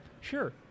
Sure